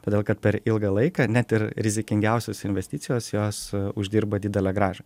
todėl kad per ilgą laiką net ir rizikingiausios investicijos jos uždirba didelę grąžą